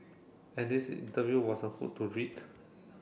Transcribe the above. and this interview was a hoot to read